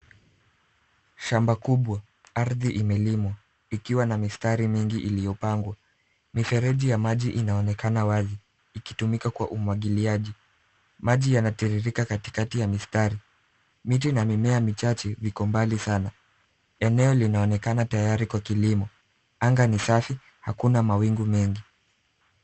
Shamba kubwa. Ardhi imelimiwa ikiwa na mistari mingi iliyopangwa. Mifereji ya maji inaonekana wazi ikitumika kwa umwagiliaji. Maji inatiririka katikati ya mistari. Miche na mimea michache ziko mbali sana. Eneo linaonekana tayari kwa kilimo. Anga ni safi hakuna mawingu mengi.